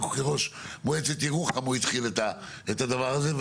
כראש מועצת ירוחם הוא התחיל את הדבר הזה.